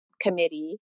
Committee